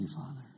Father